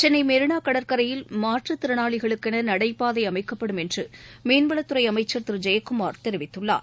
சென்னை மெரினா கடற்கரையில் மாற்றுத்திறனாளிகளுக்கென நடைபாதை அமைக்கப்படும் என்று மீன்வளத் துறை அமைச்சர் திரு ஜெயக்குமார் தெரிவித்துள்ளார்